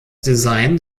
design